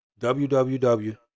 www